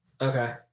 Okay